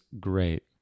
great